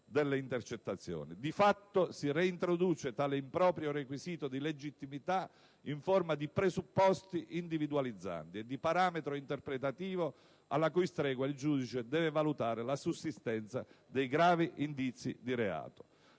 delle intercettazioni. Di fatto, si reintroduce tale improprio requisito di legittimità in forma di presupposti individualizzanti e di parametro interpretativo alla cui stregua il giudice deve valutare la sussistenza di «gravi indizi di reato».